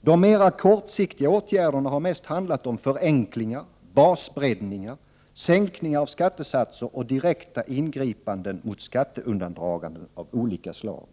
De mera kortsiktiga åtgärderna har mest handlat om förenklingar, basbreddningar, sänkningar av skattesatser och Prot. 1988/89:60 direkta ingripanden mot skatteundandraganden av olika slag.